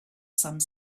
some